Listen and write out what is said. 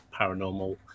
paranormal